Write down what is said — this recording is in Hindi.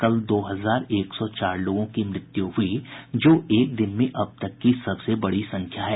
कल दो हजार एक सौ चार लोगों की मृत्यु हुई जो एक दिन में अब तक की सबसे बड़ी संख्या है